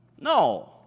No